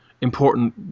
important